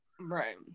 Right